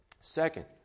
Second